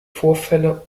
vorfälle